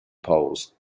polls